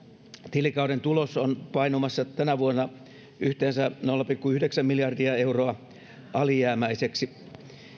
tilikauden tulos on painumassa tänä vuonna yhteensä nolla pilkku yhdeksän miljardia euroa alijäämäiseksi